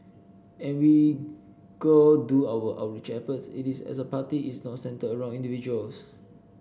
and we go do our outreach efforts it is as a party it's not centred around individuals